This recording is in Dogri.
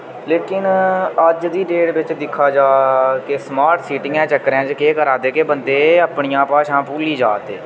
लेकिन अज्ज दी डेट बिच्च दिक्खेआ जा के स्मार्ट सीटियें चक्करैं च केह् करा दे के बन्दे अपनियां भाशा भुल्ली जा दे